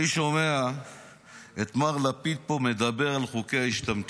אני שומע את מר לפיד פה מדבר על חוקי ההשתמטות.